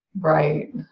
Right